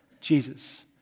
Jesus